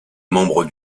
membres